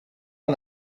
man